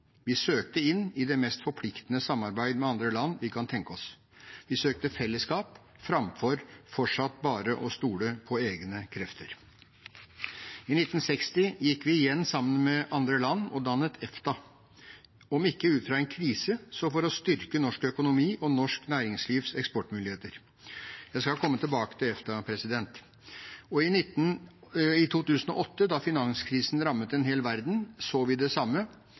Vi søkte inn i det mest forpliktende samarbeid med andre land vi kan tenke oss. Vi søkte fellesskap framfor fortsatt bare å stole på egne krefter. I 1960 gikk vi igjen sammen med andre land og dannet EFTA – om ikke ut fra en krise, så for å styrke norsk økonomi og norsk næringslivs eksportmuligheter. Jeg skal komme tilbake til EFTA. I 2008 da finanskrisen rammet en hel verden, så vi det samme.